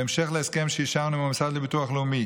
בהמשך להסכם שאישרנו עם המוסד לביטוח לאומי